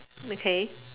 okay